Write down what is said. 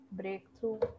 breakthrough